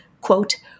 quote